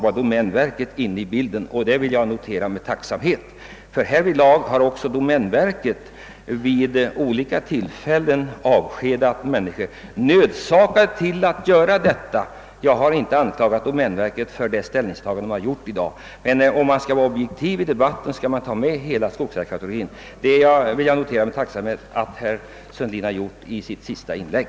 även domänverket har avskedat personal vid olika tillfällen. Man har varit nödsakad att göra detta, och jag anklagar inte domänverket för dess ställningstagande. Tyvärr blir det så i lågkonjunkturtider. Men om man skall vara objektiv i debatten, skall man ta med alla ägarekategorierna och jag är glad att herr Sundelin gjorde det i sitt senaste inlägg.